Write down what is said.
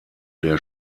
der